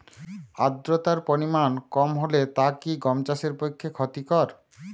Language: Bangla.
আর্দতার পরিমাণ কম হলে তা কি গম চাষের পক্ষে ক্ষতিকর?